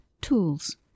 tools